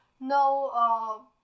no